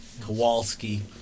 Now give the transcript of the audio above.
Kowalski